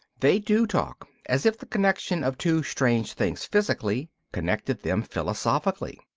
they do talk as if the connection of two strange things physically connected them philosophically.